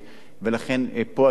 ולכן פה התרומה.